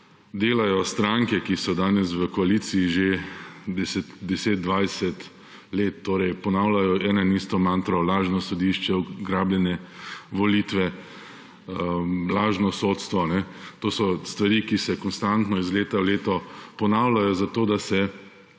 delajo stranke, ki so danes v koaliciji 10, 20 let, torej ponavljajo eno in isto mantro, lažno sodišče, ugrabljene volitve, lažno sodstvo. To so stvari, ki se konstantno, iz leta v leto ponavljajo, zato, da se